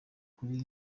kuri